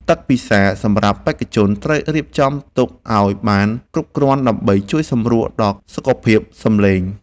ទឹកពិសាសម្រាប់បេក្ខជនត្រូវរៀបចំទុកឱ្យបានគ្រប់គ្រាន់ដើម្បីជួយសម្រួលដល់សុខភាពសម្លេង។